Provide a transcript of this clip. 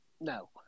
No